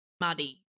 muddy